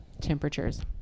temperatures